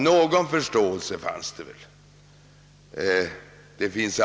Någon förståelse fanns det väl för tanken.